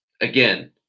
Again